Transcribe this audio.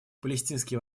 палестинский